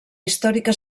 històrica